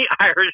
Irish